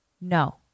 No